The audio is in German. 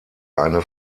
eine